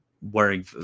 wearing